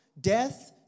death